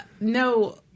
no